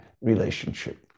relationship